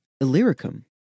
Illyricum